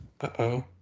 Uh-oh